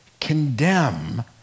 condemn